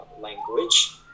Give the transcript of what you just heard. language